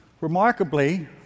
remarkably